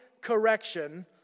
correction